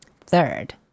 Third